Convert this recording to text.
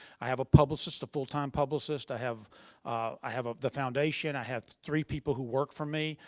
i have a publicist a full-time publicist i have i have the foundation, i have three people who work for me.